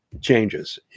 changes